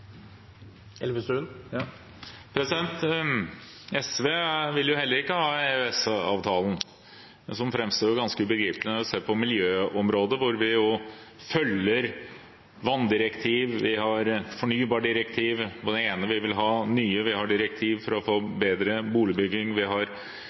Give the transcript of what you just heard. SV vil heller ikke ha EØS-avtalen, som framstår ganske ubegripelig når en ser på miljøområdet, hvor vi følger vanndirektiv. Vi har fornybardirektiv, og vi har direktiv for å forbedre boligbygging. Vi har avtale om klimamål med tydelige forpliktelser fram mot 2030, og vi har